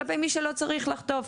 כלפי מי שלא צריך לחטוף?